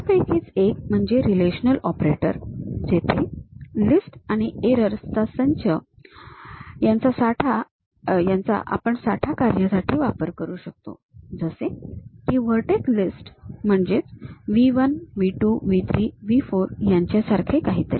त्यापैकीच एक म्हणजे रिलेशनल ऑपरेटर जेथे लिस्ट आणि एरर्स संच आपण साठा कार्यासाठी वापरू शकतो जसे की व्हर्टेक्स लिस्ट म्हणजे V 1 V 2 V 3 V 4 या सारखे काहीतरी